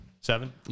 Seven